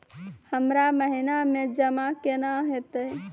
हमरा महिना मे जमा केना हेतै?